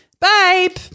babe